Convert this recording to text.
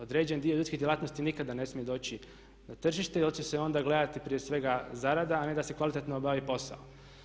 Određeni dio ljudskih djelatnosti nikada ne smije doći na tržište jer će se onda gledati prije svega zarada a ne da se kvalitetno obavi posao.